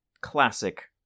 classic